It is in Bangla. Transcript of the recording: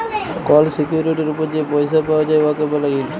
কল সিকিউরিটির উপর যে পইসা পাউয়া যায় উয়াকে ব্যলে ইল্ড